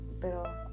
pero